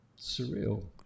surreal